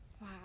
Wow